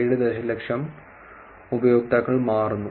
7 ദശലക്ഷം ഉപയോക്താക്കൾ മാറുന്നു